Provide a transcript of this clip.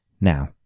Now